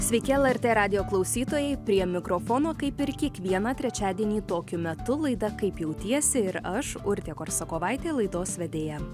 sveiki lrt radijo klausytojai prie mikrofono kaip ir kiekvieną trečiadienį tokiu metu laida kaip jautiesi ir aš urtė korsakovaitė laidos vedėja